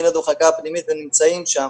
להיות במחלקה הפנימית ונמצאים שם,